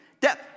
Death